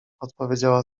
odpowiedziała